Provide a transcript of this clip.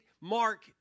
Mark